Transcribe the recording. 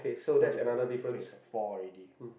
so this is a okay so four already